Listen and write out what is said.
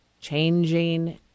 changing